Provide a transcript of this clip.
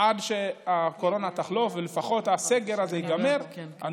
עד שהקורונה תחלוף, עד שהסגר הזה ייגמר, לפחות.